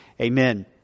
amen